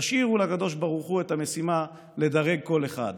תשאירו לקדוש ברוך הוא את המשימה לדרג כל אחד.